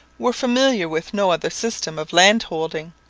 were familiar with no other system of landholding.